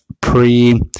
pre